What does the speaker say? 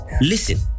Listen